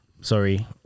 sorry